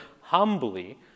humbly